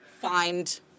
find